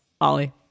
Ollie